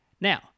Now